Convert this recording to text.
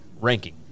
ranking